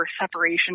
separation